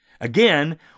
Again